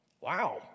Wow